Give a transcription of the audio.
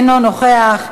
אינו נוכח,